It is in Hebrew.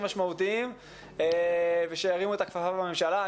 משמעותיים ושירימו את הכפפה בממשלה.